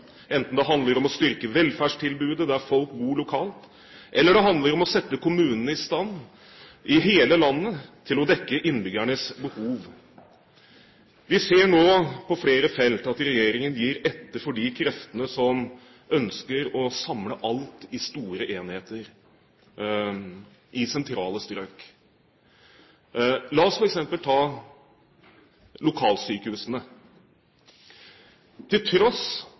enten det handler om å styrke velferdstilbudet der folk bor lokalt, eller det handler om å sette kommunene i hele landet i stand til å dekke innbyggernes behov. Vi ser nå på flere felt at regjeringen gir etter for de kreftene som ønsker å samle alt i store enheter i sentrale strøk. La oss f.eks. ta lokalsykehusene: Til tross